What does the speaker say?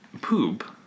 poop